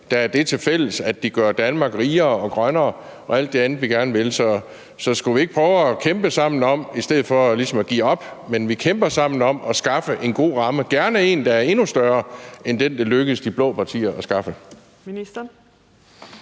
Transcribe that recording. har det til tilfælles, at de gør Danmark rigere og grønnere og alt det andet, vi gerne vil. Så skulle vi ikke prøve at kæmpe sammen om det i stedet for ligesom at give op? Men vi kæmper sammen om at skaffe en god ramme, gerne en, der er endnu større end den, det lykkedes de blå partier at skaffe.